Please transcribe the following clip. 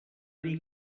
dir